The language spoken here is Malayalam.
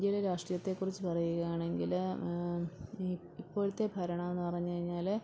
ഇന്ത്യയുടെ രാഷ്ട്രീയത്തെ കുറിച്ചു പറയുകയാണെങ്കിൽ ഇപ്പോഴത്തെ ഭരണമെന്നു പറഞ്ഞു കഴിഞ്ഞാൽ